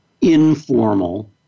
informal